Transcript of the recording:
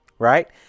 Right